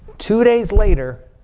two days later,